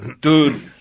dude